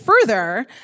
further